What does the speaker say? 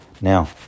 Now